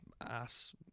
ass